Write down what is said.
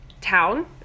town